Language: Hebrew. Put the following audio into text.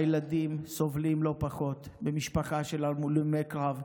הילדים סובלים לא פחות במשפחה של הלומי קרב,